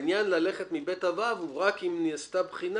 העניין ללכת מ-(ב) עד (ו) הוא רק אם נעשתה בחינה